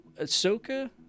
ahsoka